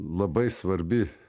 labai svarbi